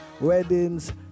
weddings